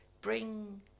bring